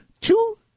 two